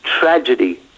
tragedy